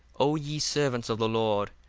o ye servants of the lord,